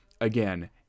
Again